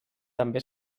també